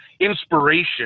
inspiration